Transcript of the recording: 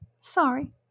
sorry